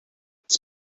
it’s